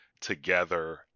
together